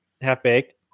Half-Baked